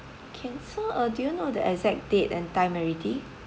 can so uh do you know the exact date and time already